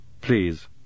Please